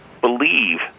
believe